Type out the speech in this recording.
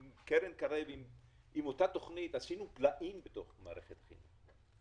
עם אותה תוכנית של קרן קרב עשינו פלאים בתוך מערכת החינוך.